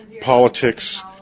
politics